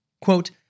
Quote